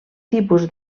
tipus